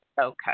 okay